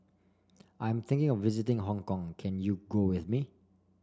I'm thinking of visiting Hong Kong can you go with me